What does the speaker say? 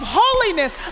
holiness